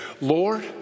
Lord